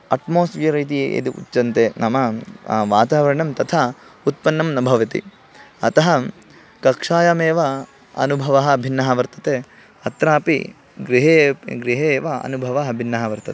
atmosphere इति यद् उच्यन्ते नाम वातावरणं तथा उत्पन्नं न भवति अतः कक्षायामेव अनुभवः भिन्नः वर्तते अत्रापि गृहे अपि गृहे एव अनुभवः भिन्नः वर्तते